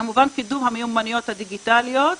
כמובן קידום המיומנויות הדיגיטליות,